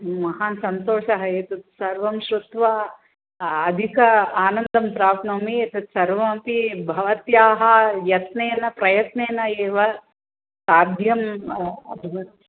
महान् सन्तोषः एतत् सर्वं श्रुत्वा अधिक आनन्दं प्राप्नोमि एतत् सर्वमपि भवत्याः यत्नेन प्रयत्नेन एव साध्यम् अभवत्